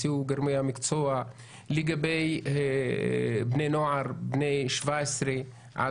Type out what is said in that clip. הציעו גורמי המקצוע לגבי בני נוער בין 17-18